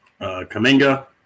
Kaminga